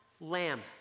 lamb